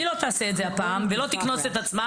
היא לא תעשה את זה גם הפעם ולא תקנוס את עצמה.